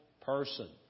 person